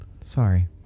Sorry